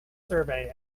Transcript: survey